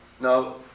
now